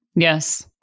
Yes